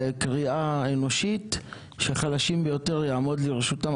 לקריאה אנושית שהחלשים ביותר יעמוד לרשותם,